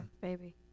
baby